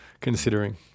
considering